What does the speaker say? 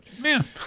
man